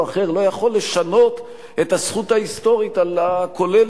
אחר לא יכול לשנות את הזכות ההיסטורית הכוללת.